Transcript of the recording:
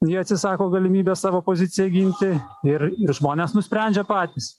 ji atsisako galimybės savo poziciją ginti ir žmonės nusprendžia patys